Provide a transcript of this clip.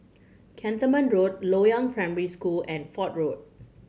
Cantonment Road Loyang Primary School and Fort Road